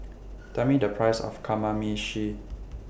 Tell Me The Price of Kamameshi